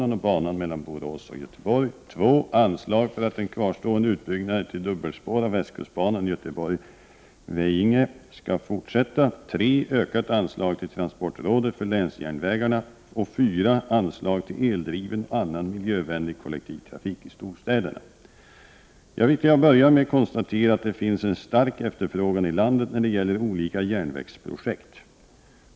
Claes Roxbergh har frågat mig om jag är beredd att föreslå: Jag vill till att börja med konstatera att det finns en stark efterfrågan i landet när det gäller olika järnvägsprojekt.